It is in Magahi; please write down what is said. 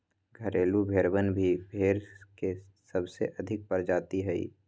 घरेलू भेड़वन भी भेड़ के सबसे अधिक प्रजाति हई